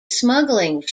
smuggling